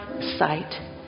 sight